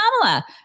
kamala